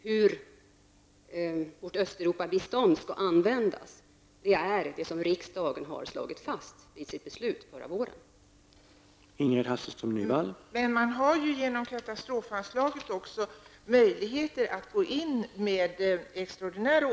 Hur Östeuropabiståndet skall användas har riksdagen slagit fast i sitt beslut förra våren.